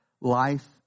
life